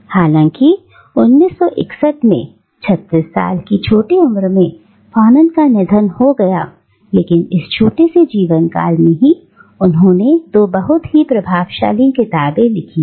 हालांकि 1961 में 36 साल की छोटी उम्र में फॉनन का निधन हो गया लेकिन इस छोटे से जीवन काल में ही उन्होंने दो बहुत ही प्रभावशाली किताबें लिखी थी